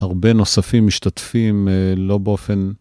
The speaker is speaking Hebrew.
הרבה נוספים משתתפים, לא באופן...